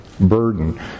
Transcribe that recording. Burden